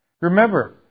Remember